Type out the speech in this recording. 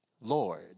Lord